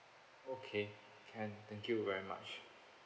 okay can thank you very much